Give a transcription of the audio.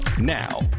now